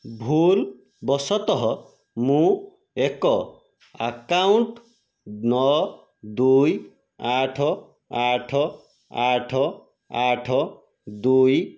ଭୁଲବଶତଃ ମୁଁ ଏକ ଆକାଉଣ୍ଟ ନଅ ଦୁଇ ଆଠ ଆଠ ଆଠ ଆଠ ଦୁଇ ଛଅ ଦୁଇ